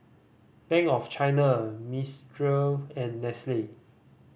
Bank of China Mistral and Nestle